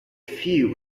few